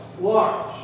large